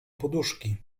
poduszki